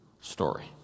story